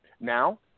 Now